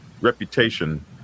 reputation